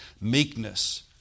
Meekness